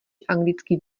anglický